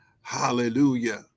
Hallelujah